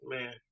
Man